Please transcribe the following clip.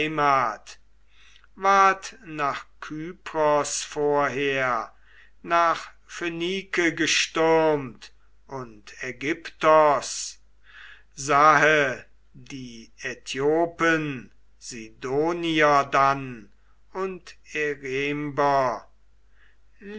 nach kypros vorher nach phönike gestürmt und aigyptos sahe die aithiopen sidonier dann und erember